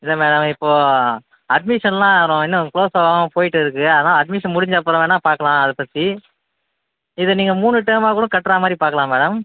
இல்லை மேடம் இப்போ அட்மிஷன்லாம் இன்னும் க்ளோஸ் ஆகாம போகிட்டுருக்கு அதான் அட்மிஷன் முடிந்த அப்புறம் வேணால் பார்க்கலாம் அதை பற்றி இது நீங்கள் மூணு டேர்மா கூட கட்டுற மாதிரி பார்க்கலாம் மேடம்